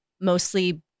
mostly